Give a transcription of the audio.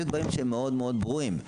יש דברים שהם מאוד מאוד ברורים,